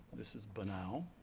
this is benow,